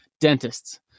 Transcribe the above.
dentists